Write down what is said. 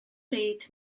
bryd